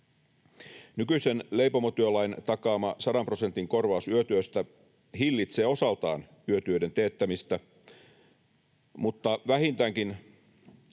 Nykyisen leipomotyölain takaama 100 prosentin korvaus yötyöstä hillitsee osaltaan yötöiden teettämistä, mutta vähintäänkin